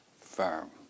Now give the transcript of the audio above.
firm